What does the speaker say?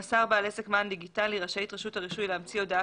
(ב)מסר בעל עסק מען דיגיטלי רשאית הרישוי להמציא הודעה